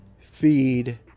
feed